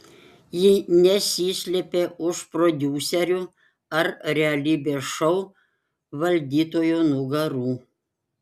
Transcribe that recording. ji nesislėpė už prodiuserių ar realybės šou valdytojų nugarų